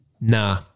Nah